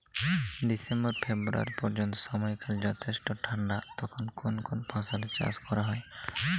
December February পর্যন্ত সময়কাল যথেষ্ট ঠান্ডা তখন কোন কোন ফসলের চাষ করা হয়?